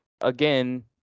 Again